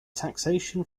taxation